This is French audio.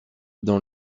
dans